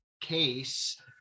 case